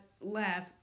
laugh